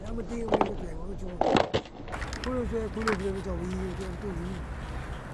Ya mo tiken firen mo ki chwaye mwe mo chuku, kunu chwaye kunu firen ki chwaye yiken chwe bituli win